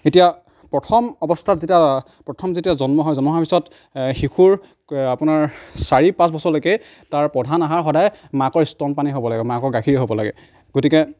এতিয়া প্ৰথম অৱস্থাত যেতিয়া প্ৰথম যেতিয়া জন্ম হয় জন্ম হোৱাৰ পিছত শিশুৰ আপোনাৰ চাৰি পাঁচ বছৰলৈকেই তাৰ প্ৰধান আহাৰ সদায় মাকৰ স্তন পানই হ'ব লাগে মাকৰ গাখীৰ হ'ব লাগে গতিকে